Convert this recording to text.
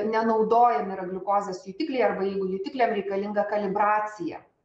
nenaudojami yra gliukozės jutikliai arba jeigu jutikliam reikalinga kalibracija